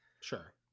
Sure